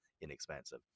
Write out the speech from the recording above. inexpensive